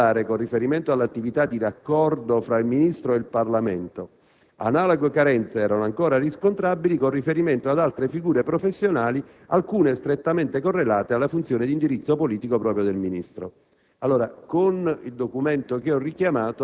assolutamente evidenti, in particolare con riferimento all'attività di raccordo tra il Ministro e il Parlamento (...). Analoghe carenze (...) erano ancora riscontrabili con riferimento ad altre figure professionali, alcune strettamente correlate alla funzione di indirizzo politico propria del Ministro